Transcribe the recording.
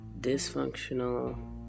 dysfunctional